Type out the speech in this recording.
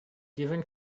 given